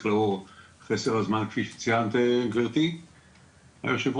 לאור חסר הזמן כפי שציינת גברתי היו"ר,